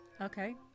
Okay